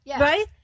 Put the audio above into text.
right